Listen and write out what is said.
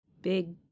big